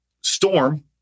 Storm